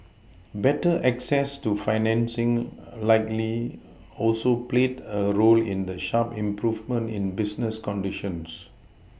better access to financing likely also played a role in the sharp improvement in business conditions